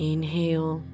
Inhale